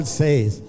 says